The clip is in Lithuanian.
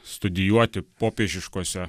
studijuoti popiežiškose